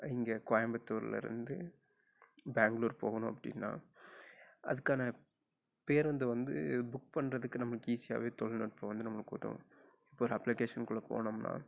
இங்கே கோயம்புத்தூரில் இருந்து பேங்களூர் போகணும் அப்படின்னா அதுக்கான பேருந்து வந்து புக் பண்ணுறதுக்கு நமக்கு ஈஸியாகவே தொழில்நுட்பம் வந்து நம்மளுக்கு உதவும் இப்போ ஒரு அப்ளிகேஷன் போனோம்னால்